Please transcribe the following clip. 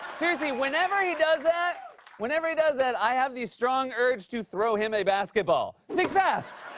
seriously, whenever he does that whenever he does that, i have the strong urge to throw him a basketball. think fast!